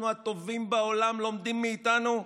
אנחנו הטובים בעולם, לומדים מאיתנו,